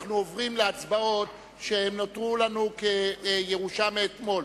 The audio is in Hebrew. אנחנו עוברים להצבעות שנותרו לנו כירושה מאתמול.